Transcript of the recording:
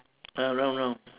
ah round round